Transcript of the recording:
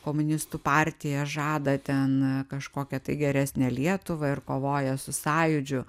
komunistų partija žada ten kažkokią tai geresnę lietuvą ir kovoja su sąjūdžiu